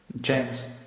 James